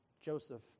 Joseph